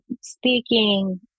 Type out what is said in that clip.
speaking